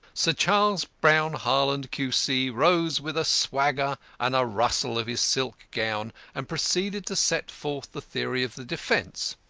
sir charles brown-harland, q c, rose with a swagger and a rustle of his silk gown, and proceeded to set forth the theory of the defence.